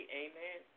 amen